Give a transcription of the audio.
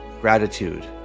gratitude